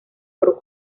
por